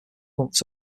months